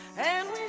and